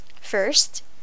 First